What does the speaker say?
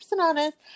honest